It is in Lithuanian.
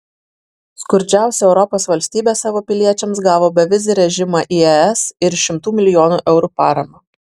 skurdžiausia europos valstybė savo piliečiams gavo bevizį režimą į es ir šimtų milijonų eurų paramą